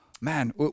Man